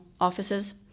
offices